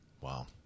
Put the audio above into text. Wow